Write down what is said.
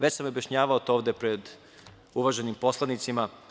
Već sam objašnjavao to ovde pred uvaženim poslanicima.